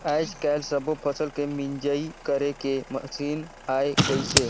आयज कायल सब्बो फसल के मिंजई करे के मसीन आये गइसे